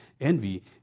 envy